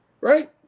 right